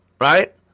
right